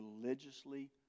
religiously